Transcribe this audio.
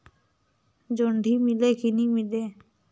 जोणी मीले कि नी मिले?